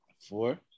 Four